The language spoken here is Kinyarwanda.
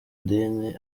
idini